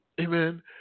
Amen